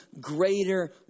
greater